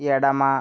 ఎడమ